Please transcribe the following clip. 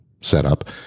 setup